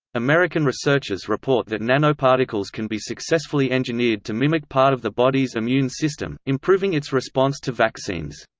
american researchers report that nanoparticles can be successfully engineered to mimic part of the body's immune system, improving its response to vaccines.